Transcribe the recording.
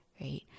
right